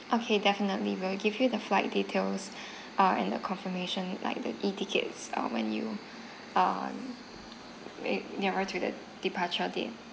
okay definitely we'll give you the flight details uh and the confirmation like the E tickets uh when you uh ne~ nearer to the departure date